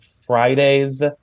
Fridays